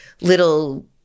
little